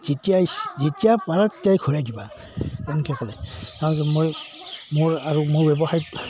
যেতিয়াই যেতিয়া পাৰা তেতিয়াই ঘূৰাই দিবা তেনেকে ক'লে আৰু মই মোৰ আৰু মোৰ ব্যৱসায়ত